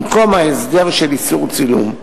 במקום ההסדר של איסור צילום.